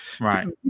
Right